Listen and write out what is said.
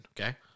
okay